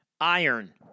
iron